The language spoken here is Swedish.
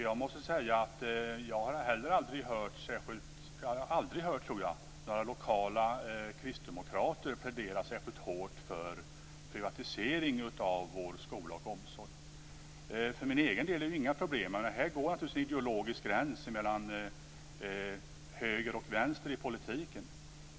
Jag har aldrig hört några lokala kristdemokrater plädera särskilt hårt för privatisering av vård, skola och omsorg. För min egen del är det inga problem. Här går en ideologisk gräns mellan höger och vänster i politiken.